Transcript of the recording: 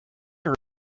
just